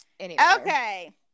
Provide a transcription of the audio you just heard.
okay